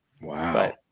wow